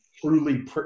truly